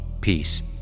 peace